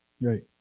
Right